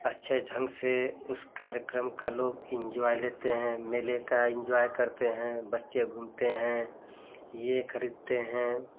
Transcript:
अच्छे ढंग से उस कार्यक्रम का लोग इनज्वाई लेते हैं मेले का इनज्वाई करते हैं बच्चे घूमते हैं ये खरीदते हैं